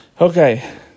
Okay